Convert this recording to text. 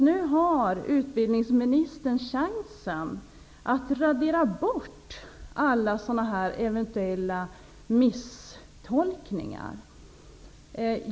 Nu har utbildningsministern chansen att radera bort alla eventuella misstolkningar.